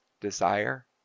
desire